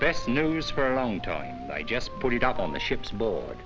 best news for a long time i just put it out on the ship's boa